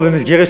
אדוני,